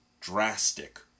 drastic